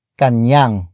kanyang